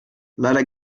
leider